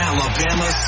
Alabama